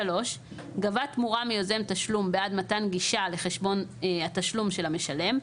גבה תמורה מיוזם תשלום בעד מתן גישה לחשבון התשלום של המשלם,